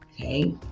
okay